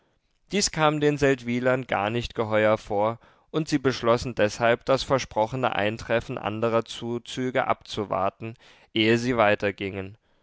dies kam den seldwylern gar nicht geheuer vor und sie beschlossen deshalb das versprochene eintreffen anderer zuzüge abzuwarten ehe sie weiter gingen